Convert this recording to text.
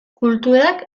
kulturak